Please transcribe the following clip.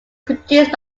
produced